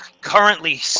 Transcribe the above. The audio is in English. currently